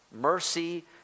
mercy